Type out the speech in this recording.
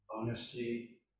honesty